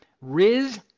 Riz